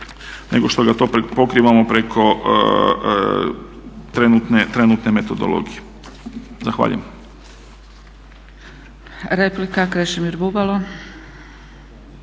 nego što ga to pokrivamo preko trenutne metodologije. Zahvaljujem.